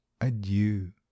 Adieu